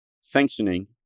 sanctioning